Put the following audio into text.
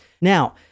Now